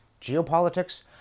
geopolitics